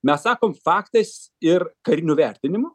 mes sakom faktais ir kariniu vertinimu